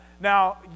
Now